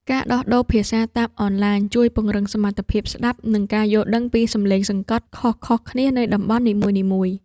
ការដោះដូរភាសាតាមអនឡាញជួយពង្រឹងសមត្ថភាពស្ដាប់ និងការយល់ដឹងពីសម្លេងសង្កត់ខុសៗគ្នានៃតំបន់នីមួយៗ។